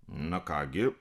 na ką gi